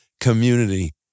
community